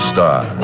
Star